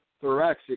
thoracic